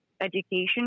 education